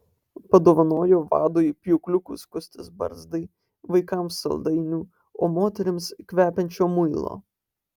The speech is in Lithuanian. padovanoju vadui pjūkliukų skustis barzdai vaikams saldainių o moterims kvepiančio muilo